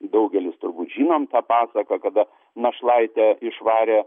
daugelis turbūt žinom tą pasaką kada našlaitę išvarė